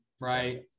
right